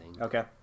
Okay